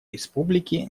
республики